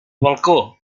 balcó